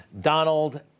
Donald